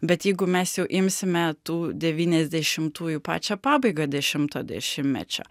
bet jeigu mes jau imsime tų devyniasdešimtųjų pačią pabaigą dešimto dešimtmečio